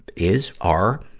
is, are?